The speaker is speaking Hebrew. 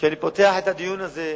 כשאני פותח את הדיון הזה,